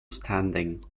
standing